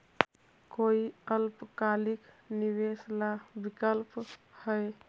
कोई अल्पकालिक निवेश ला विकल्प हई?